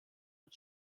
und